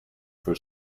for